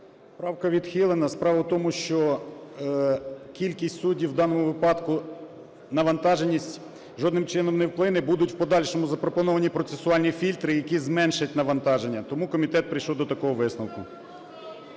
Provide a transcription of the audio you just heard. Правка відхилена. Справа в тому, що кількість суддів у даному випадку навантаженість жодним чином не вплине, будуть в подальшому запропоновані процесуальні фільтри, які зменшать навантаження. Тому комітет прийшов до такого висновку.